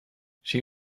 she